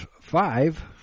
five